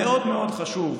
ממני להקריא?